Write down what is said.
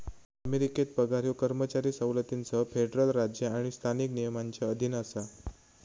अमेरिकेत पगार ह्यो कर्मचारी सवलतींसह फेडरल राज्य आणि स्थानिक नियमांच्या अधीन असा